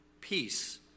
peace